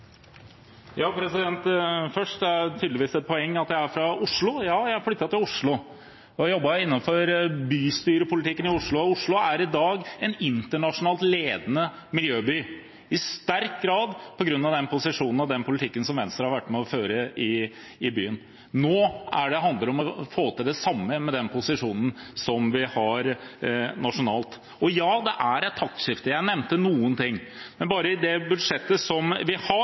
Ja, jeg har flyttet til Oslo og har jobbet innenfor bystyrepolitikken. Oslo er i dag en internasjonalt ledende miljøby – i stor grad på grunn av Venstres posisjon og den politikken som Venstre har vært med på å føre i byen. Nå handler det om å få til det samme med den posisjonen som vi har nasjonalt. Og ja, det er et taktskifte. Jeg nevnte noen ting. Bare til det budsjettet som vi behandler, har